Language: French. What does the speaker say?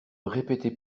répétez